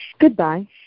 Goodbye